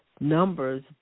numbers